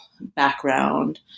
background